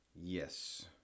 Yes